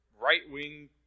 right-wing